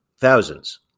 thousands